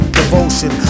devotion